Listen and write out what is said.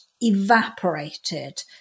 evaporated